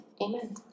amen